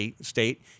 state